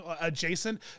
adjacent